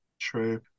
True